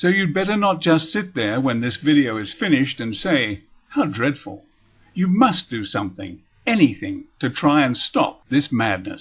so you'd better not just sit there when this video is finished and say how dreadful you must do something anything to try and stop this madness